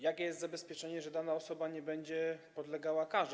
Jakie jest zabezpieczenie, że dana osoba nie będzie podlegała karze?